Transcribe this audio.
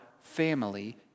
family